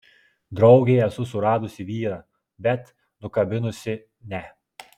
draugei esu suradusi vyrą bet nukabinusi ne